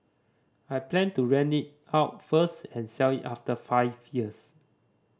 I plan to rent it out first and sell it after five years